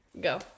go